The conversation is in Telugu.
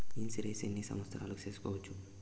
ఇన్సూరెన్సు ఎన్ని సంవత్సరాలకు సేసుకోవచ్చు?